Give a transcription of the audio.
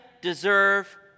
Deserve